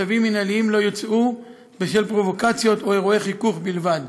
צווים מינהליים לא יוצאו בשל פרובוקציות או אירועי חיכוך בלבד.